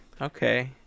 Okay